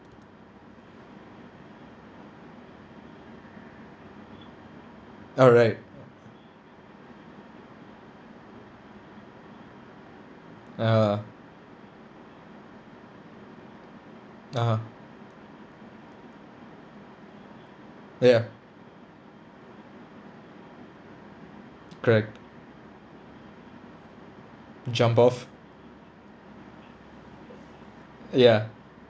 oh right (uh huh) (uh huh) ya correct jump off ya